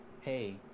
hey